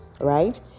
right